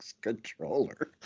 controller